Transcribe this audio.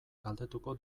galdetuko